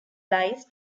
lies